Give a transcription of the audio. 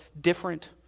different